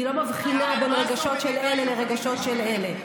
אני לא מבחינה בין רגשות של אלה לרגשות של אלה.